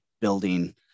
building